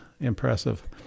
impressive